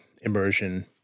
immersion